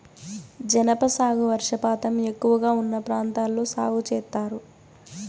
జనప సాగు వర్షపాతం ఎక్కువగా ఉన్న ప్రాంతాల్లో సాగు చేత్తారు